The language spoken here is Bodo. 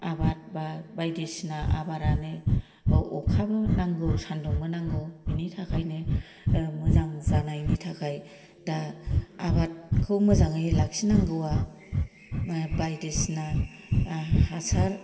आबाद बा बायदिसिना आबाद आनो अखाबो नांगौ सान्दुंबो नांगौ बिनिथाखायनो मोजां जानायनि थाखाय दा आबादखौ मोजाङै लाखिनांगौवा बायदिसिना हासार